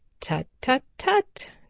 tut, tut, tut!